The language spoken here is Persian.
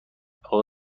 اقا